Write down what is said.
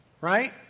right